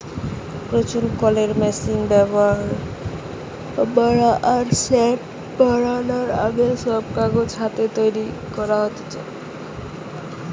প্রচুর কলের মেশিনের ব্যাভার বাড়া আর স্যাটা বারানার আগে, সব কাগজ হাতে তৈরি করা হেইতা